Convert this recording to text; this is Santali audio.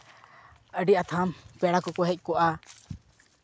ᱟᱹᱰᱤ ᱟᱛᱷᱟᱢ ᱯᱮᱲᱟ ᱠᱚᱠᱚ ᱦᱮᱡ ᱠᱚᱜᱼᱟ